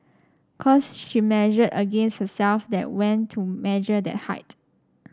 cos she measured against herself then went to measure that height